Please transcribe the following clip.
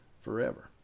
forever